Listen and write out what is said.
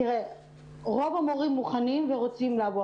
רוב המורים מוכנים ורוצים לעבוד.